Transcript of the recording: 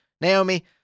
Naomi